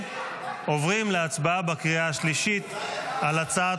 עוברים להצבעה בקריאה השלישית על הצעת